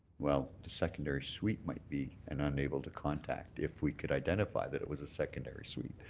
well, the secondary suite might be an unable to contact if we could identify that it was a secondary suite